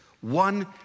one